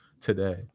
today